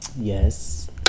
Yes